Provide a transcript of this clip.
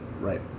Right